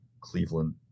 Cleveland